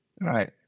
Right